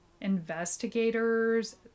investigators